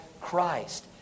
Christ